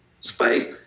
space